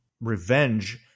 revenge